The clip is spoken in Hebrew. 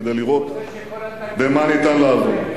כדי לראות במה ניתן לעזור.